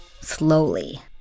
Slowly